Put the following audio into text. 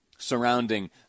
surrounding